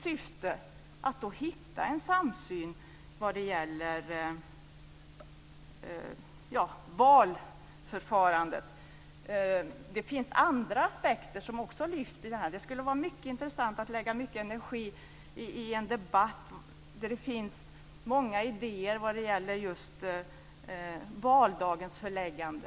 Man vill hitta en samsyn vad det gäller valförfarandet. Det finns andra aspekter som också har lyfts fram. Det skulle vara mycket intressant att lägga energi på en debatt där det framförs många idéer vad det gäller just valdagens förläggande.